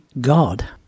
God